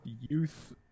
youth